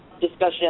discussion